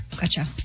Gotcha